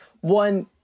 one